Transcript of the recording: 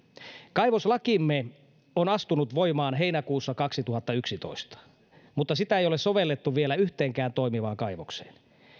kaivoslakimme on astunut voimaan heinäkuussa kaksituhattayksitoista mutta sitä ei ole sovellettu vielä yhteenkään toimivaan kaivokseen